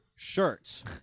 shirts